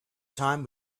time